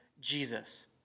Jesus